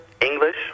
English